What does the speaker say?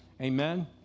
Amen